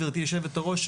גבירתי יושבת הראש,